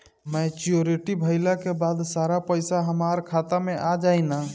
Maturity भईला के बाद सारा पईसा हमार खाता मे आ जाई न?